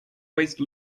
waste